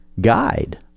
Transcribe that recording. guide